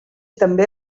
també